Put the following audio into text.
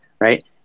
right